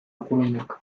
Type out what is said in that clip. guruinak